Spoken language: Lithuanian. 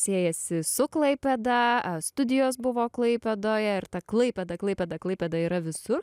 siejasi su klaipėda studijos buvo klaipėdoje ir ta klaipėda klaipėda klaipėda yra visur